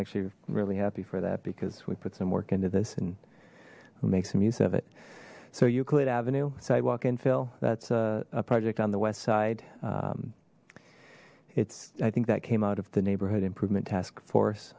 actually really happy for that because we put some work into this and make some use of it so euclid avenue sidewalk infill that's a project on the west side it's i think that came out of the neighborhood improvement task force